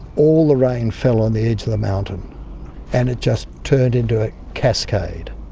all the rain fell on the edge of the mountain and it just turned into a cascade,